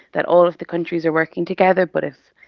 that all of the countries are working together. but if,